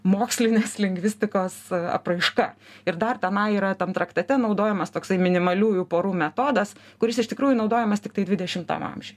mokslinės lingvistikos apraiška ir dar tenai yra tam traktate naudojamas toksai minimaliųjų porų metodas kuris iš tikrųjų naudojamas tiktai dvidešimtam amžiuj